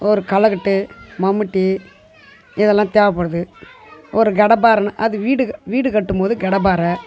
ஒரு களைக்கட்டு மம்முட்டி இதெல்லாம் தேவைப்படுது ஒரு கடப்பாறைன்னா அது வீடு வீடு கட்டும்போது கடப்பாறை